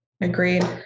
agreed